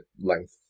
length